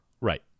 right